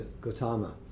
Gautama